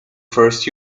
first